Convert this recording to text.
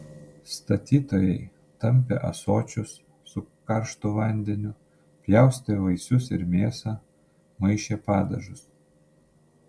statytojai tampė ąsočius su karštu vandeniu pjaustė vaisius ir mėsą maišė padažus